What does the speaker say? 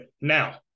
Now